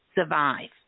survive